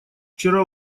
вчера